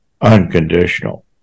unconditional